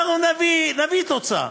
אנחנו נביא תוצאה.